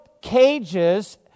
cages